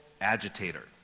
agitator